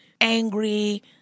angry